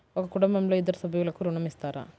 ఒక కుటుంబంలో ఇద్దరు సభ్యులకు ఋణం ఇస్తారా?